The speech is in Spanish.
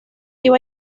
iba